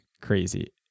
crazy